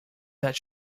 that